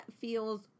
feels